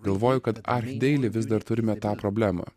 galvoju kad archideili vis dar turime tą problemą